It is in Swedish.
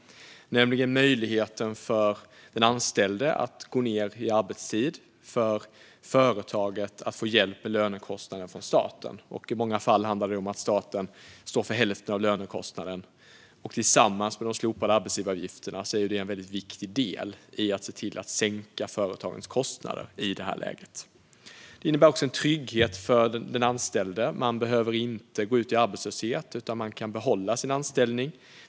Det gäller möjligheten för den anställde att gå ned i arbetstid och för företaget att få hjälp med lönekostnaden från staten. I många fall handlar det om att staten står för hälften av lönekostnaden. Tillsammans med de slopade arbetsgivaravgifterna är det en viktig del i att se till att sänka företagens kostnader i det läget. Detta innebär också en trygghet för den anställde. Man behöver inte gå ut i arbetslöshet utan man kan behålla sin anställning.